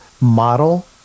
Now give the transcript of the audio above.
model